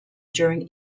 during